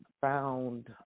found